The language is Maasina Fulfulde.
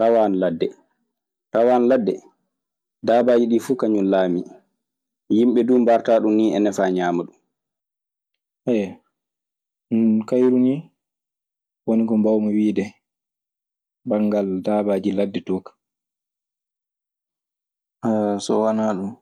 Rawaandu ladde. Rawaandu ladde, dabaaji ɗii fuu kañun laamii mbartaa ɗun nii enna faa ñaama ɗun. kayru nii woni ko mbaawmi wiide hen banngal daabaaji ladde dow kaa. So wanaa ɗun,